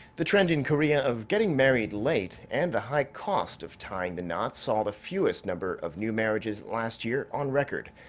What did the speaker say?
the trend in korea of getting married late. and the high cost of tying the not. saw the fewest number of new marriages last year on record.